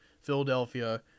Philadelphia